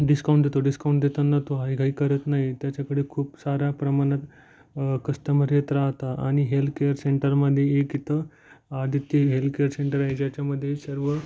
discount देतो discount देतांना तो हयगय करत नाही त्याच्याकडे खूप साऱ्या प्रमाणात कस्टमर येत राहता आणि हेल्त केअर सेंटरमध्ये एक इथं आदित्य हेल्थ केअर सेंटर आहे ज्याच्यामध्ये सर्व